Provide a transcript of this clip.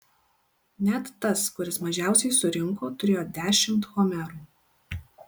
net tas kuris mažiausiai surinko turėjo dešimt homerų